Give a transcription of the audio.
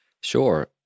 Sure